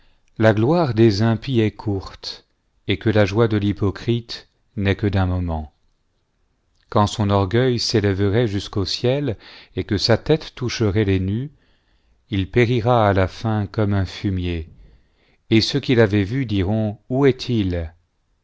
la gloire des impies est courte et que la joie de l'hypocrite n'est que d'un moment g quand son orgueil s'élèverait jusqu'au ciel et que sa tête toucherait les nues il périra à la fin comme un fumier et ceux qui l'avaient vu diront où est-il